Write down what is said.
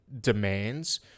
demands